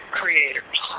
creators